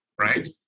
right